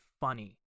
funny